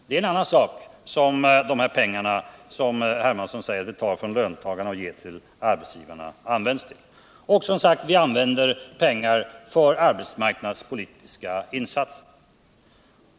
Det är alltså sådana saker som de pengar används till som C.-H. Hermansson säger att vi tar från löntagarna och ger till arbetsgivarna. Vi använder som sagt pengar för arbetsmarknadspolitiska insatser.